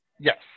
Yes